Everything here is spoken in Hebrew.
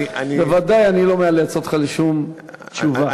בוודאי אני לא מאלץ אותך לשום תשובה.